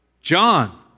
John